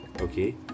okay